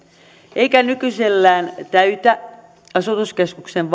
eikä nykyisellään täytä vaatimuksia asutuskeskusten